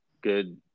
good